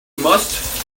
must